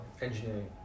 engineering